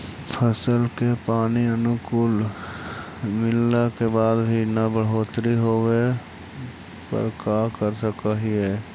फसल के पानी अनुकुल मिलला के बाद भी न बढ़ोतरी होवे पर का कर सक हिय?